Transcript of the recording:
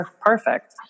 perfect